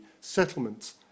settlements